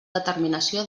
determinació